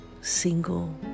single